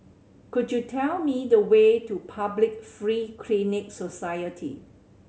could you tell me the way to Public Free Clinic Society